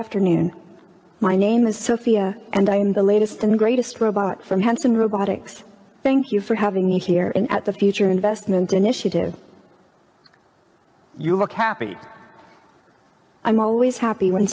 afternoon my name is sophia and i'm the latest and greatest robot from hanson robotics thank you for having me here and at the future investment initiative you look happy i'm always happy when